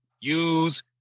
use